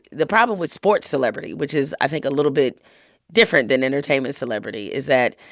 the problem with sports celebrity, which is i think a little bit different than entertainment celebrity, is that,